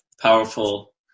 powerful